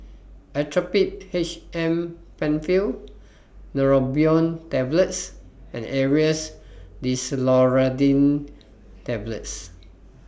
Actrapid H M PenFill Neurobion Tablets and Aerius DesloratadineTablets